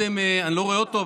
אני לא רואה אותו,